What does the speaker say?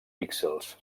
píxels